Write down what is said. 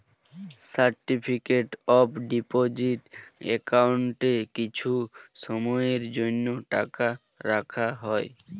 certificate of deposit অ্যাকাউন্টে কিছু সময়ের জন্য টাকা রাখা হয়